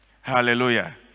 Hallelujah